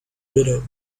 widow